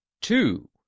two